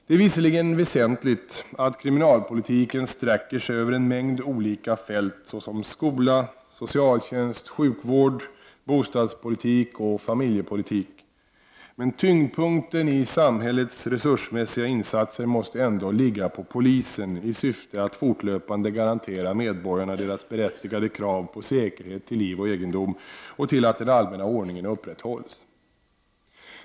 Det är visserligen väsentligt att kriminalpolitiken sträcker sig över en mängd olika fält såsom skola, socialtjänst, sjukvård, bostadspolitik och familjepolitik. Men tyngdpunkten i samhällets resursmässiga insatser måste ändå ligga på polisen, i syfte att fortlöpande garantera medborgarna att deras berättigade krav på säkerhet till liv och egendom uppfylls och att den allmänna ordningen upprätthålls.